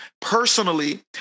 personally